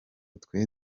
twe